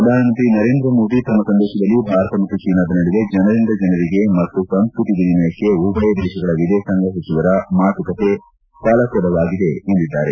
ಪ್ರಧಾನಮಂತ್ರಿ ನರೇಂದ್ರ ಮೋದಿ ತಮ್ನ ಸಂದೇತದಲ್ಲಿ ಭಾರತ ಮತ್ತು ಚೀನಾದ ನಡುವೆ ಜನರಿಂದ ಜನರಿಗೆ ಮತ್ತು ಸಂಸ್ಕೃತಿ ವಿನಿಮಯಕ್ಕೆ ಉಭಯ ದೇಶಗಳ ವಿದೇಶಾಂಗ ಸಚಿವರ ಮಾತುಕತೆ ಫಲಪ್ರದವಾಗಿದೆ ಎಂದಿದ್ದಾರೆ